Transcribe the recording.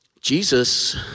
Jesus